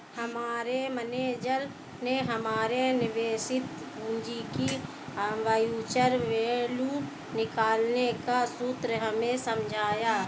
हमारे मेनेजर ने हमारे निवेशित पूंजी की फ्यूचर वैल्यू निकालने का सूत्र हमें समझाया